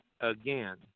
again